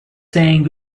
saying